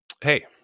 hey